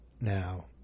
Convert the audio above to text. Now